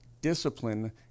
discipline